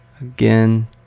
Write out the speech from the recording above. again